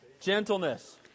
Gentleness